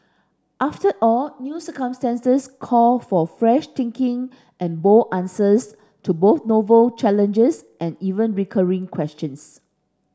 after all new circumstances call for fresh thinking and bold answers to both novel challenges and even recurring questions